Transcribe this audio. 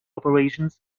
operations